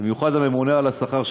במיוחד הממונה על השכר,